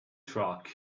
truck